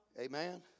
Amen